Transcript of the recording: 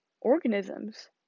organisms